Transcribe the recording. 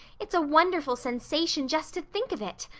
it's a wonderful sensation just to think of it.